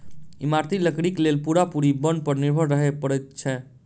इमारती लकड़ीक लेल पूरा पूरी बन पर निर्भर रहय पड़ैत छै